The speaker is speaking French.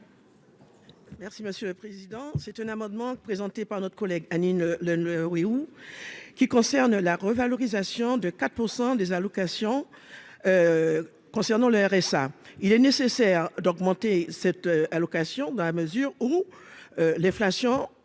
Merci monsieur le Président, c'est un amendement présenté par notre collègue, Annie ne le le oui ou qui concerne la revalorisation de 4 % des allocations concernant le RSA, il est nécessaire d'augmenter cette allocation dans la mesure où l'inflation est augmenté